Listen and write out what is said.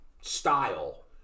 style